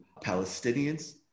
Palestinians